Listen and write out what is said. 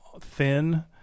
thin